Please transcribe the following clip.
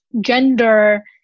gender